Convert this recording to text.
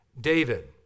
David